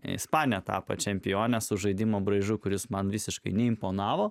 ispanija tapo čempione su žaidimo braižu kuris man visiškai neimponavo